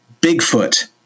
Bigfoot